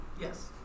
Yes